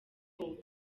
hop